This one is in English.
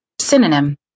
Synonym